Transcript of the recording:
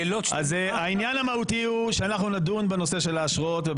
העניין המהותי הוא שאנחנו נדון בנושא של האשרות.